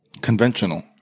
conventional